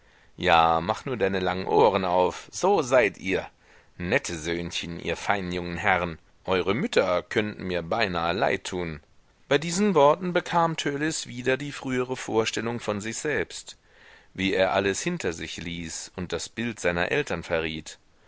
ja mach nur deine langen ohren auf so seid ihr nette söhnchen ihr feinen jungen herren eure mütter könnten mir beinahe leid tun bei diesen worten bekam törleß wieder die frühere vorstellung von sich selbst wie er alles hinter sich ließ und das bild seiner eltern verriet